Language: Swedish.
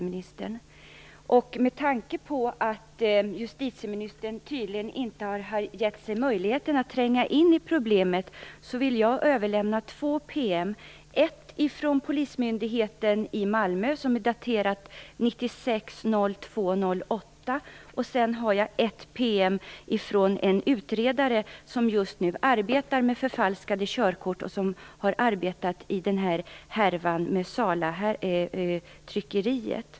Med tanke på att justitieministern tydligen inte har givit sig möjlighet att tränga in i problemet vill jag överlämna två PM, en från Polismyndigheten i Malmö som är daterad den 8 februari 1996 och en från en utredare som just nu arbetar med förfalskade körkort och som har arbetat med härvan med Salatryckeriet.